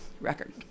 record